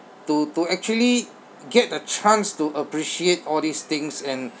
to to actually get a chance to appreciate all these things and